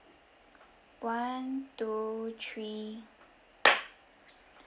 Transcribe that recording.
one two three